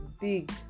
big